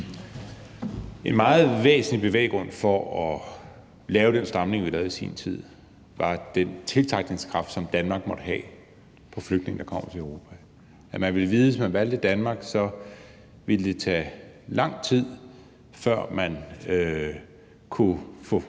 En meget væsentlig bevæggrund for at lave den stramning, vi lavede i sin tid, var den tiltrækningskraft, som Danmark måtte have, på flygtninge, der kommer til Europa. Altså, man vidste, at hvis man valgte Danmark, ville det tage lang tid, før man kunne